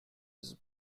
his